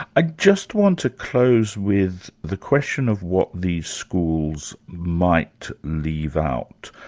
i just want to close with the question of what these schools might leave out.